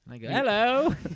Hello